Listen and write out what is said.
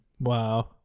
wow